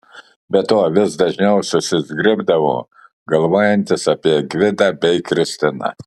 be to vis dažniau susizgribdavo galvojantis apie gvidą bei kristiną